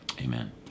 Amen